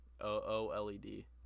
O-O-L-E-D